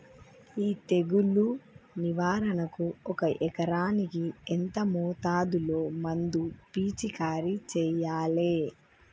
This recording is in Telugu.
ఈ తెగులు నివారణకు ఒక ఎకరానికి ఎంత మోతాదులో మందు పిచికారీ చెయ్యాలే?